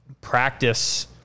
practice